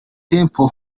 temple